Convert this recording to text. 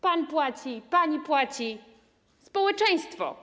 Pan płaci, pani płaci, społeczeństwo.